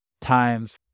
times